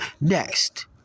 next